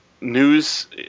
news